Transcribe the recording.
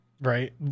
right